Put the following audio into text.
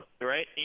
right